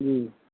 जी